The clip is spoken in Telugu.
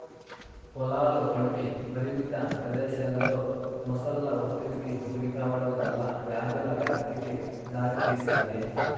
పొలాలు వంటి పరిమిత ప్రదేశాలలో మొసళ్ళు ఒత్తిడికి గురికావడం వల్ల వ్యాధుల వ్యాప్తికి దారితీస్తాది